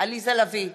עליזה לביא,